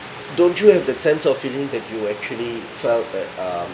don't you have that sense of feeling that you actually self at um